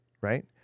right